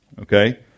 Okay